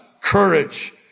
courage